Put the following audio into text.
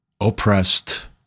oppressed